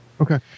Okay